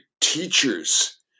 teachers